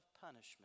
punishment